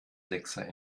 sechser